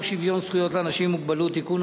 שוויון זכויות לאנשים עם מוגבלות (תיקון,